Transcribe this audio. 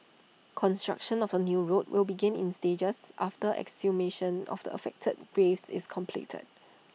construction of the new road will begin in stages after exhumation of the affected graves is completed